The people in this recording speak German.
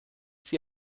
sie